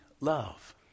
love